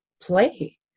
play